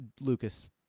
Lucas